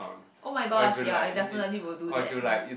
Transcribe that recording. [oh]-my-gosh ya I definitely will do that